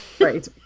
Right